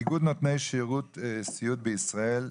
איגוד נותני שירות סיעוד בישראל,